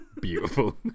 beautiful